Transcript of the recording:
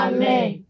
Amen